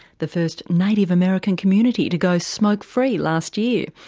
the first native american community to go smoke free last year.